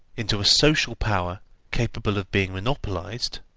into a social power capable of being monopolised,